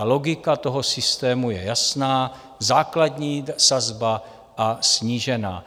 Logika toho systému je jasná základní sazba a snížená.